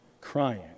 crying